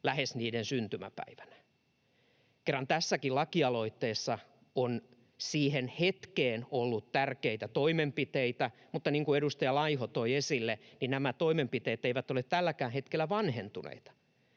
lähes niiden syntymäpäivänä. Tässäkin lakialoitteessa on siihen hetkeen ollut tärkeitä toimenpiteitä, mutta, niin kuin edustaja Laiho toi esille, nämä toimenpiteet eivät ole tälläkään hetkellä vanhentuneita.